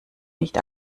nicht